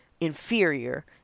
inferior